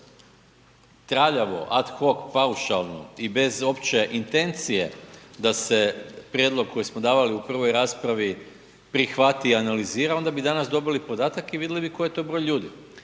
traljavo, ad hoc, paušalno i bez opće intencije da se prijedlog koji smo davali u prvoj raspravi prihvati i analizira, onda bi danas dobili podatak i vidjeli bi koji je to broj ljudi.